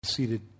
Seated